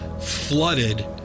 flooded